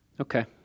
Okay